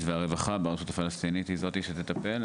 והרווחה ברשות הפלסטינית הן אלה שיטפלו.